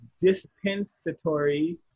dispensatory